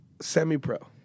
Semi-pro